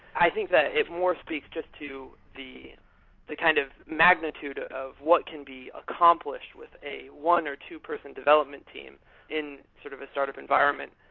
i think that it more speaks just to the the kind of magnitude of what can be accomplished with a one, or two, person development team in sort of startup environment,